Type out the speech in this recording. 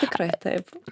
tikrai taip